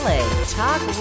Talk